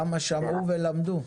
כמה שמעו ולמדו.